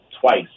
twice